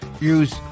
use